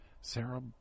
Sarah